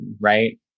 right